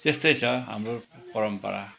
त्यस्तै छ हाम्रो परम्परा